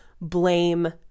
blame